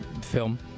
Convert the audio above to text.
film